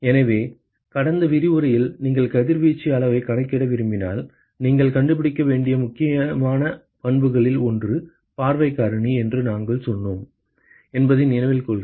எனவே கடந்த விரிவுரையில் நீங்கள் கதிர்வீச்சு அளவைக் கணக்கிட விரும்பினால் நீங்கள் கண்டுபிடிக்க வேண்டிய முக்கியமான பண்புகளில் ஒன்று பார்வை காரணி என்று நாங்கள் சொன்னோம் என்பதை நினைவில் கொள்க